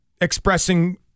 expressing